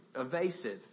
evasive